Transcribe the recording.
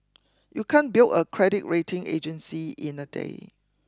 you can't build a credit rating agency in a day